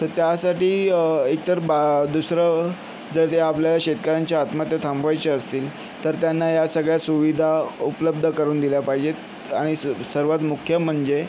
तर त्यासाठी इतर बुवा दुसरं जर त्या आपल्याला शेतकऱ्यांच्या आत्महत्या थांबवायच्या असतील तर त्यांना ह्या सगळ्या सुविधा उपलब्ध करून दिल्या पाहिजेत आणि स सर्वात मुख्य म्हणजे